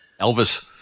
Elvis